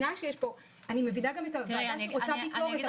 אני מבינה גם את הוועדה שרוצה ביקורת,